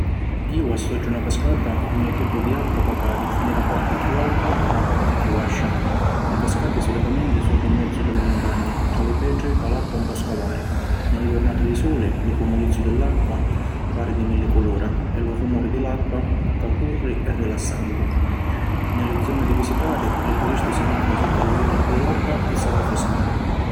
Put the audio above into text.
Iu associu na cascata a un jettitu di acqua ca cadi di na parti chiù auta a na parti chiù vascia. Li cascati solitamenti sunnu in menzu di li mutagni, tra li petri ca l’acqua 'un pò scavari. Ni li jurnati di suli, lu fumulizzu di l’acqua pari di milli culura e lu rumuri di l’acqua ca curri è rilassanti. Ni li zoni di visitari, li turisti si mettinu sutta lu jettitu di l’acqua pi s’arrifriscari.